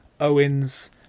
Owens